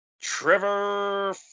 Trevor